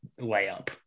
layup